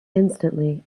instantly